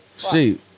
See